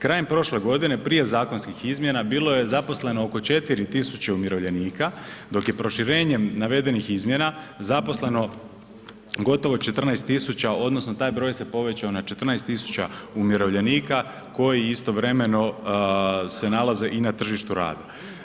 Krajem prošle godine prije zakonskih izmjena bilo je zaposleno oko 4000 umirovljenika dok je proširenjem navedenih izmjena zaposleno gotovo 14000 odnosno taj broj se povećao na 14000 umirovljenika koji se istovremeno nalaze i na tržištu rada.